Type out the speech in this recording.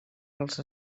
als